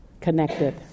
connected